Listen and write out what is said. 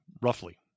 roughly